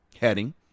heading